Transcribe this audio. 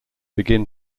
begin